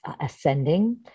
ascending